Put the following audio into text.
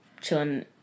chilling